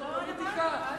הכול פוליטיקה?